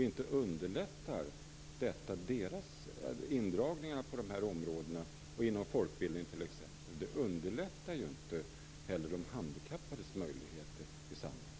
Inte underlättar indragningarna på dessa områden och t.ex. inom folkbildningen de handikappades möjligheter i samhället?